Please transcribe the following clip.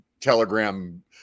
telegram